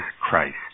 Christ